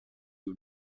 you